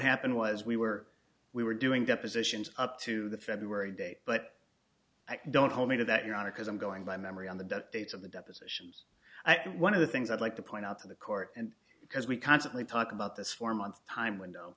happened was we were we were doing depositions up to the february date but don't hold me to that your honor because i'm going by memory on the dates of the depositions one of the things i'd like to point out to the court and because we constantly talk about this four month time window